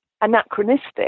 anachronistic